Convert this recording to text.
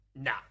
Nah